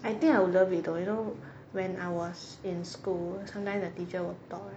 I think I will love it though you know when I was in school sometimes the teacher will talk right